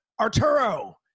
Arturo